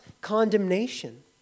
condemnation